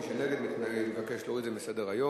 מי שנגד מבקש להוריד את זה מסדר-היום.